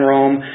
Rome